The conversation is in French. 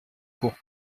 cours